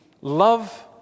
love